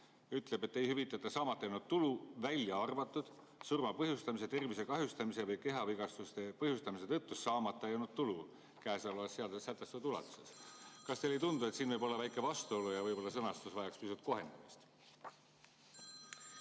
ütleb, et ei hüvitata saamata jäänud tulu, välja arvatud surma põhjustamise, tervise kahjustamise või kehavigastuste põhjustamise tõttu saamata jäänud tulu käesolevas seaduses sätestatud ulatuses. Kas teile ei tundu, et siin võib olla väike vastuolu ja sõnastus vajaks pisut kohendamist?